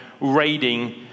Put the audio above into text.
raiding